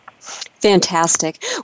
Fantastic